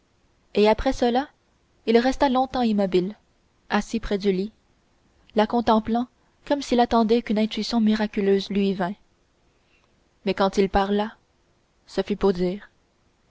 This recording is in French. et après cela il resta longtemps immobile assis près du lit la contemplant comme s'il attendait qu'une intuition miraculeuse lui vînt mais quand il parla ce fut pour dire